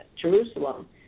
Jerusalem